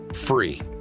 free